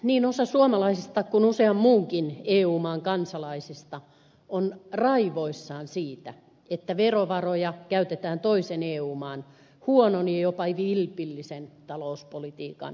niin osa suomalaisista kuin usean muunkin eu maan kansalaisista on raivoissaan siitä että verovaroja käytetään toisen eu maan huonon ja jopa vilpillisen talouspolitiikan pelastamiseksi